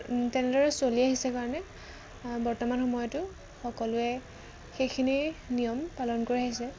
তেনেদৰে চলি আহিছে কাৰণে বৰ্তমান সময়তো সকলোৱে সেইখিনি নিয়ম পালন কৰি আহিছে